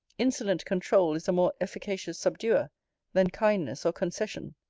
insolent controul is a more efficacious subduer than kindness or concession.